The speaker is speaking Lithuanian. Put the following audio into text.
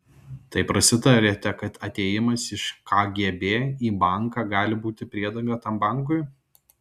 tai prasitarėte kad atėjimas iš kgb į banką gali būti priedanga tam bankui